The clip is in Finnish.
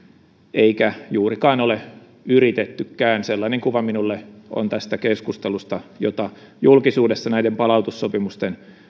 eikä juurikaan ole yritettykään sellainen kuva minulle on jäänyt tästä keskustelusta jota julkisuudessa näiden palautussopimusten